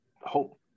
hope